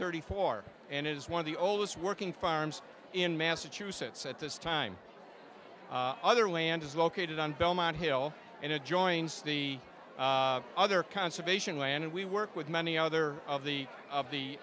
thirty four and it is one of the oldest working farms in massachusetts at this time other land is located on belmont hill and it joins the other conservation land we work with many other of the of the